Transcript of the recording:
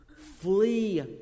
Flee